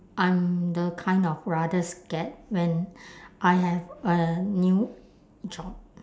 I'm the kind of rather scared when I have a new job